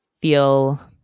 feel